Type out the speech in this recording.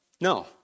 no